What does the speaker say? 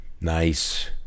Nice